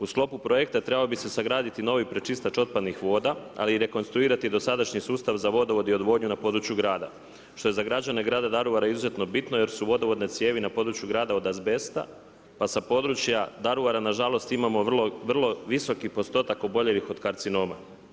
U sklopu projekta trebao bi se sagraditi novi pročistač otpadnih voda, ali i rekonstruirati dosadašnji sustav za vodovod i odvodnju na području grada što je za građane grada Daruvara izuzetno bitno jer su vodovodne cijevi na području grada od azbesta, pa sa područja Daruvara na žalost imamo vrlo visoki postotak oboljelih od karcinoma.